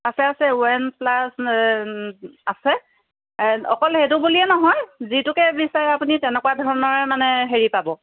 আছে আছে OnePlus আছে অকল সেইটো বুলিয়ে নহয় যিটোকে বিচাৰে আপুনি তেনেকুৱা ধৰণৰে মানে হেৰি পাব